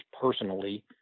personally